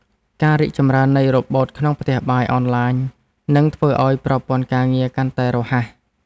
ការរីកចម្រើននៃរ៉ូបូតក្នុងផ្ទះបាយអនឡាញ នឹងធ្វើឱ្យប្រព័ន្ធការងារកាន់តែរហ័ស។